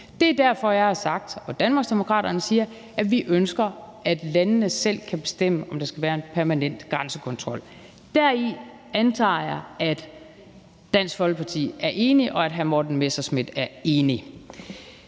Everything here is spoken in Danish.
Det er derfor, jeg har sagt og Danmarksdemokraterne siger, at vi ønsker, at landene selv kan bestemme, om der skal være en permanent grænsekontrol. Deri antager jeg at Dansk Folkeparti er enige og at hr. Morten Messerschmidt er enig.